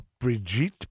Brigitte